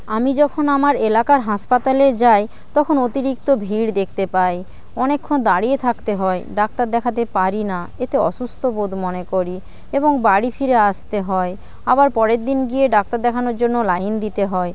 আমি যখন আমার এলাকার হাসপাতালে যাই তখন অতিরিক্ত ভিড় দেখতে পাই অনেকক্ষণ দাঁড়িয়ে থাকতে হয় ডাক্তার দেখাতে পারি না এতে অসুস্থ বোধ মনে করি এবং বাড়ি ফিরে আসতে হয় আবার পরের দিন গিয়ে ডাক্তার দেখানোর জন্য লাইন দিতে হয়